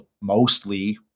mostly